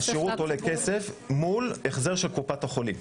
השירות עולה כסף מול החזר של קופת החולים.